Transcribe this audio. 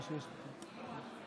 הנראית גורפת,